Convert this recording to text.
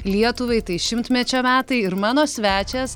lietuvai tai šimtmečio metai ir mano svečias